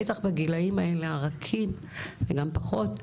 בטח בגילאים האלה הרכים, וגם פחות,